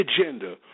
agenda